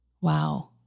Wow